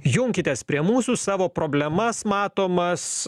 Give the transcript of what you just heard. junkitės prie mūsų savo problemas matomas